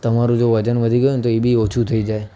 તમારું જો વજન વધી જાય ને તો એબી ઓછું થઈ જાય